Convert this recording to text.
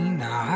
now